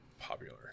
popular